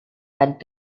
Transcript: had